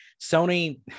sony